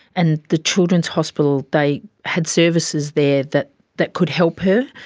and the children's hospital, they had services there that that could help her,